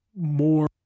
more